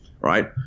right